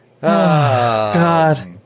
God